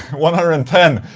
one hundred and ten.